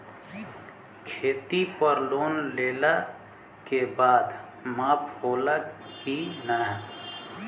खेती पर लोन लेला के बाद माफ़ होला की ना?